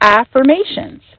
affirmations